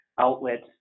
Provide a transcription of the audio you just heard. outlets